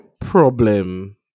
problem